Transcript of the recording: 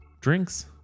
drinks